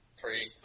Three